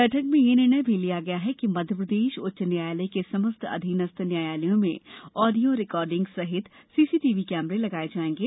बैठक में यह निर्णय भी लिया गया कि मध्यप्रदेश उच्च न्यायालय के समस्त अधीनस्थ न्यायालयों में ऑडियो रिकार्डिंग सहित सीसीटीवी कैमरे लगाये जायेगें